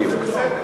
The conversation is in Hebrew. זה בסדר.